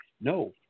No